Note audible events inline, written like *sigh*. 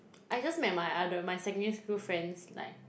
*noise* I just met my other my secondary school friends like